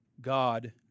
God